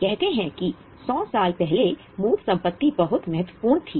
कहते हैं कि 100 साल पहले मूर्त संपत्ति बहुत महत्वपूर्ण थी